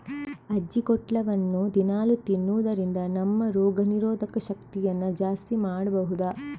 ಅಜ್ಜಿಕೊಟ್ಲವನ್ನ ದಿನಾಲೂ ತಿನ್ನುದರಿಂದ ನಮ್ಮ ರೋಗ ನಿರೋಧಕ ಶಕ್ತಿಯನ್ನ ಜಾಸ್ತಿ ಮಾಡ್ಬಹುದು